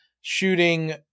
shooting –